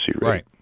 Right